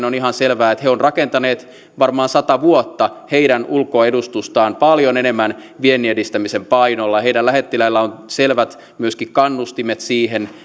on ihan selvää että he ovat rakentaneet varmaan sata vuotta heidän ulkoedustustaan paljon enemmän vienninedistämisen painolla heidän lähettiläillään on myöskin selvät kannustimet siihen